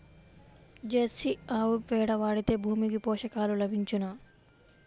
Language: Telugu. జెర్సీ ఆవు పేడ వాడితే భూమికి పోషకాలు లభించునా?